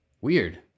Weird